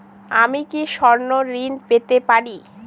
আমি কি স্বর্ণ ঋণ পেতে পারি?